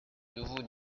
nouveau